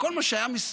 רק כל מה שהיה מסביבו